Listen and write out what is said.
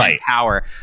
power